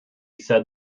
said